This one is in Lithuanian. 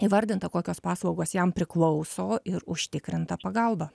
įvardinta kokios paslaugos jam priklauso ir užtikrinta pagalba